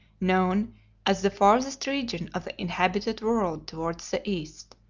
known as the farthest region of the inhabited world towards the east,